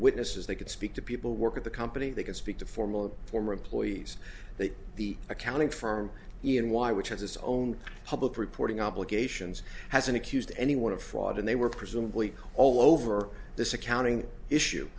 witnesses they could speak to people work at the company they could speak to formal former employees that the accounting firm in y which has its own public reporting obligations has accused anyone of fraud and they were presumably all over this accounting issue